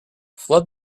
flood